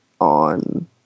on